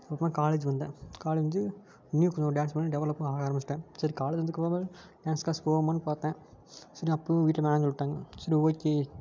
அப்புறமா காலேஜுக்கு வந்தேன் காலேஜ் வந்து இன்னும் கொஞ்சம் டேன்ஸ் பண்ணி டெவலப்பும் ஆக ஆரம்பிச்சிட்டேன் சரி காலேஜ் வந்ததுக்கப்பறமாவது டேன்ஸ் க்ளாஸ் போவோமான்னு பார்த்தேன் சரி அப்போவும் வீட்டில் வேணான்னு சொல்லிட்டாங்க சரி ஓகே